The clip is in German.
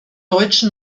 deutsche